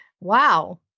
wow